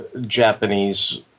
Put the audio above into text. Japanese